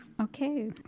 Okay